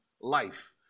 life